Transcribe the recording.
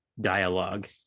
dialogue